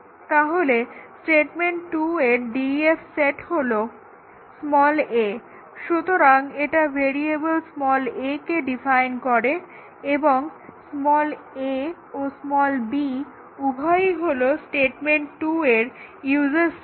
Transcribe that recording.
তাহলে স্টেটমেন্ট 2 এর DEF set হলো a সুতরাং এটা ভেরিয়েবল a কে ডিফাইন করে এবং a এবং b উভয়েই হলো স্টেটমেন্ট 2 এর ইউজেস সেট